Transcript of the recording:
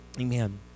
amen